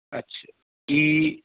ਅੱਛਾ ਕੀ